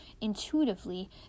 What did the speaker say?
intuitively